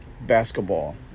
basketball